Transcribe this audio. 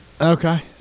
Okay